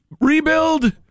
rebuild